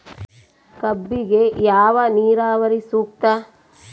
ಕಬ್ಬಿಗೆ ಯಾವ ನೇರಾವರಿ ಸೂಕ್ತ?